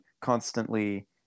constantly